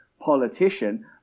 politician